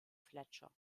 fletcher